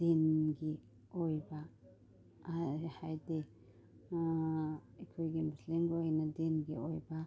ꯗꯤꯟꯒꯤ ꯑꯣꯏꯕ ꯍꯥꯏꯗꯤ ꯑꯩꯈꯣꯏꯒꯤ ꯃꯨꯁꯂꯤꯝꯒꯤ ꯑꯣꯏꯅ ꯗꯤꯟꯒꯤ ꯑꯣꯏꯕ